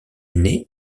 nait